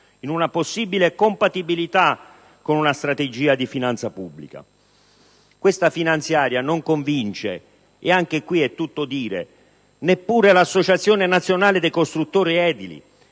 in una possibile compatibilità con una strategia di finanza pubblica. Questa finanziaria non convince - e anche qui è tutto dire - neppure l'Associazione nazionale costruttori edili,